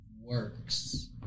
works